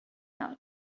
out